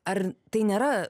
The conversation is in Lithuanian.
ar tai nėra